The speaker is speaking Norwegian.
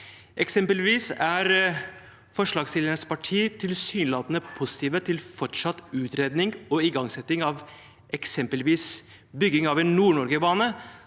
Eksempelvis er forslagsstillernes parti tilsynelatende positive til fortsatt utredning og igangsetting av bygging av en Nord-Norge-bane,